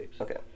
Okay